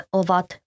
ovat